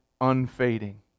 unfading